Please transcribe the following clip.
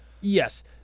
yes